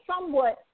somewhat